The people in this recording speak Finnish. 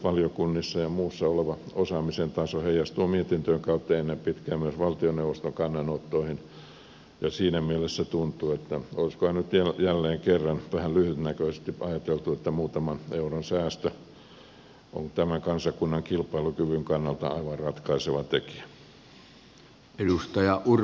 valiokunnissa ja muussa oleva osaamisen taso heijastuu mietintöjen kautta ennen pitkää myös valtioneuvoston kannanottoihin ja siinä mielessä tuntuu että olisikohan nyt jälleen kerran vähän lyhytnäköisesti ajateltu että muutaman euron säästö on tämän kansakunnan kilpailukyvyn kannalta aivan ratkaiseva tekijä